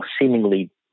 seemingly